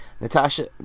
Natasha